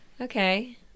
Okay